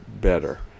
better